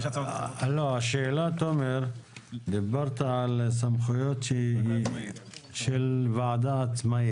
השאלה, דיברת על סמכויות של ועדה עצמאית.